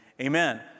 Amen